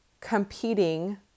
competing